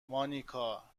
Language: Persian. مانیکا